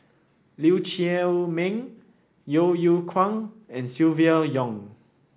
Lee Chiaw Meng Yeo Yeow Kwang and Silvia Yong